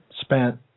spent